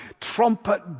trumpet